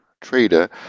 trader